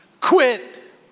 quit